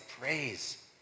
praise